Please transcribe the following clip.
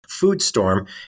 Foodstorm